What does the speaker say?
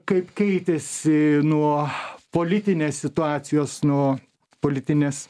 kaip keitėsi nuo politinės situacijos nuo politinės